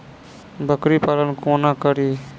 बकरी पालन कोना करि?